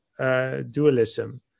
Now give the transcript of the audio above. dualism